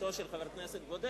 להתפלגותו של חבר כנסת בודד.